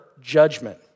judgment